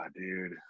dude